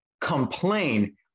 complain